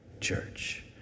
church